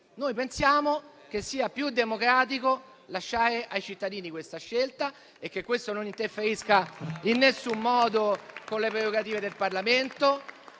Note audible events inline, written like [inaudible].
Noi pensiamo che sia più democratico lasciare ai cittadini questa scelta [applause] e crediamo che questo non interferisca in nessun modo con le prerogative del Parlamento